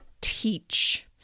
teach